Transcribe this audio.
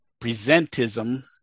presentism